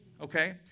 okay